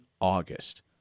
August